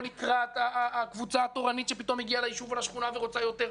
לקראת הקבוצה התורנית שפתאום הגיעה ליישוב או לשכונה ורוצה יותר.